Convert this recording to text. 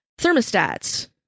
thermostats